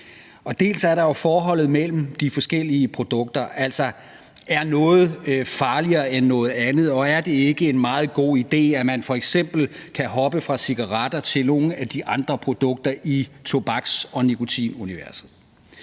dels er der forholdet mellem de forskellige produkter – altså: Er noget farligere end noget andet, og er det ikke en meget god idé, at man f.eks. kan hoppe fra cigaretter til nogle af de andre produkter i tobaks- og nikotinuniverset?